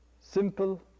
simple